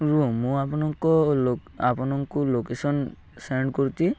ରୁହ ମୁଁ ଆପଣଙ୍କୁ ଲ ଆପଣଙ୍କୁ ଲୋକେସନ୍ ସେଣ୍ଡ୍ କରିୁଛି